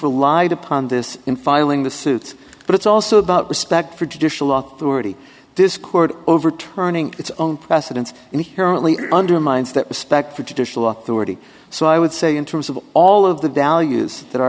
relied upon this in filing the suit but it's also about respect for judicial officer already this court overturning its own precedents and here only undermines that respect for judicial authority so i would say in terms of all of the values that are